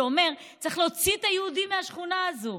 שאומר: צריך להוציא את היהודים מהשכונה הזאת.